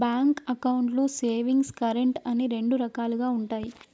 bank అకౌంట్లు savings, current అని రెండు రకాలుగా ఉంటయి